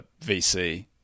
VC